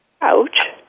Ouch